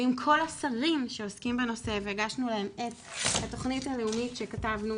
ועם כל השרים שעוסקים בנושא והגשנו להם את התכנית הלאומית שכתבנו